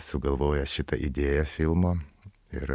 sugalvojęs šitą idėją filmo ir